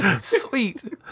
Sweet